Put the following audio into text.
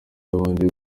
babanje